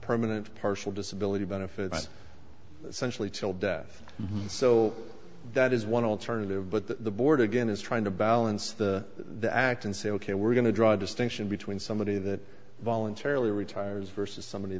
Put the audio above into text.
permanent partial disability benefits centrally till death so that is one alternative but the board again is trying to balance the the act and say ok we're going to draw a distinction between somebody that voluntarily retires versus somebody